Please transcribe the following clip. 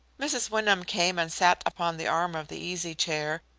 mrs. wyndham came and sat upon the arm of the easy-chair,